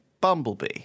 bumblebee